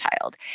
child